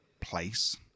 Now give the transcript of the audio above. place